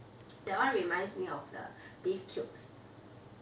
that one reminds me of the beef cubes